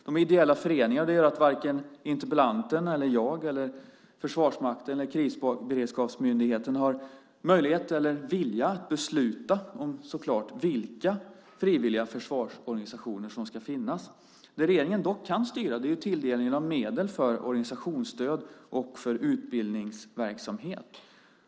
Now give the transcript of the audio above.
De ideella föreningarna gör att varken interpellanten, jag, Försvarsmakten eller Krisberedskapsmyndigheten har möjlighet eller vilja att besluta om vilka frivilliga försvarsorganisationer som ska finnas. Det regeringen dock kan styra är tilldelningen av medel för organisationsstöd och för utbildningsverksamhet.